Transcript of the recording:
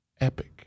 Epic